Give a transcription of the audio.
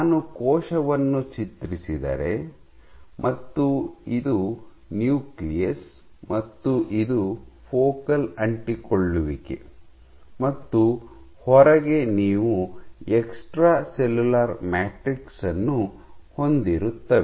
ನಾನು ಕೋಶವನ್ನು ಚಿತ್ರಿಸಿದರೆ ಮತ್ತು ಇದು ನ್ಯೂಕ್ಲಿಯಸ್ ಮತ್ತು ಇದು ಫೋಕಲ್ ಅಂಟಿಕೊಳ್ಳುವಿಕೆ ಮತ್ತು ಹೊರಗೆ ನೀವು ಎಕ್ಸ್ಟ್ರಾ ಸೆಲ್ಯುಲಾರ್ ಮ್ಯಾಟ್ರಿಕ್ಸ್ ಅನ್ನು ಹೊಂದಿರುತ್ತವೆ